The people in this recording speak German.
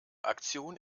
aktion